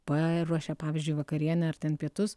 paruošia pavyzdžiui vakarienę ar ten pietus